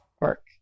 work